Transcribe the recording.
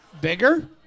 bigger